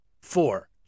four